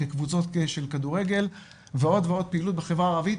כקבוצות של כדורגל ועוד ועוד פעילות בחברה הערבית,